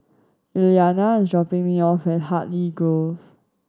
Iliana is dropping me off at Hartley Grove